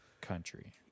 country